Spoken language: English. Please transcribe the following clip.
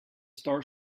star